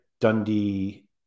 Dundee